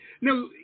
Now